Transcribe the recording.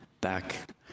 back